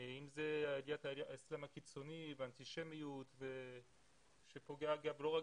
אם זאת עליית האיסלם הקיצוני והאנטישמיות שפוגעת לא רק